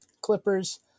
Clippers